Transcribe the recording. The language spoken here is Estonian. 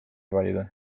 valida